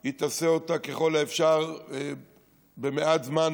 היא תעשה אותה ככל האפשר במעט זמן,